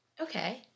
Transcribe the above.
Okay